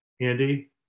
Andy